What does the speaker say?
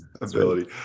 ability